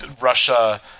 Russia